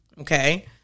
Okay